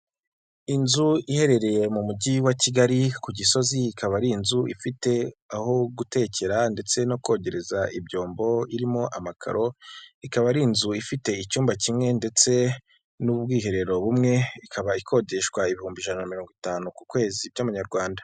Inzu iherereye mu mujyi wa Kigali ku Gisozi, ikaba ari inzu ifite aho gutekera ndetse no kogereza ibyombo, irimo amakaro, ikaba ari inzu ifite icyumba kimwe ndetse n'ubwiherero bumwe, ikaba ikodeshwa ibihumbi ijana na mirongo itanu ku kwezi by'amanyarwanda.